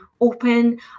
open